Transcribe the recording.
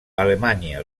alemanya